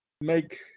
make